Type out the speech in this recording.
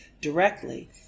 directly